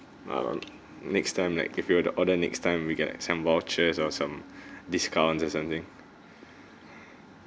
err next time like if we were to order next time we get some vouchers or some discounts or something